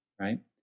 right